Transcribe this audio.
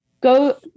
go